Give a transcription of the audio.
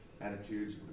attitudes